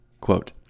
quote